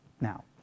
Now